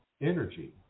energy